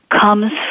comes